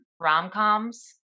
rom-coms